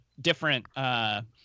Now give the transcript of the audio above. different